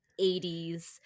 80s